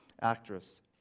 Actress